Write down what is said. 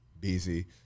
Busy